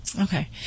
Okay